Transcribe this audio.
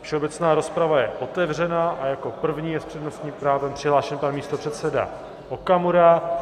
Všeobecná rozprava je otevřena a jako první je s přednostním právem přihlášen pan místopředseda Okamura.